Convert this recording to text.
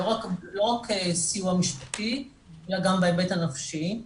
לא רק סיוע משפטי, אלא גם בהיבט הנפשי.